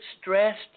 stressed